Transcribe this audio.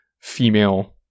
female